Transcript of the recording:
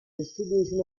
distribution